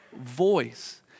voice